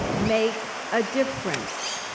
make a difference.